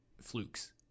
flukes